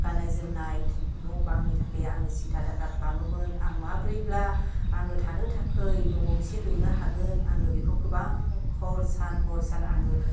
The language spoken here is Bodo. गाननाय जोमनाय न' बांनि थाखै आंङो सिन्था धारा खालामोमोन आङो माब्रैब्ला आङो थानो थाखै न' गंसे लुनो हागोन आङो बेखौ गोबां हर सान हर सान आङो